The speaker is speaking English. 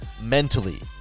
mentally